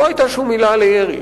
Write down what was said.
לא היתה שום עילה לירי.